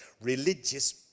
religious